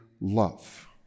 love